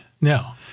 No